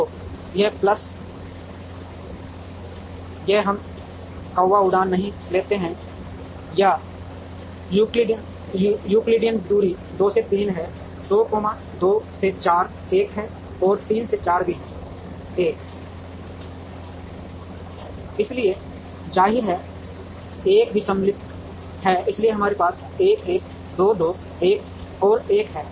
तो यह प्लस यह हम कौवा उड़ान नहीं लेते हैं या यूक्लिडियन दूरी 2 से 3 है 2 2 से 4 1 है और 3 से 4 भी 1 है इसलिए जाहिर है यह 1 भी सममित है इसलिए हमारे पास 1 1 2 2 1 और 1 है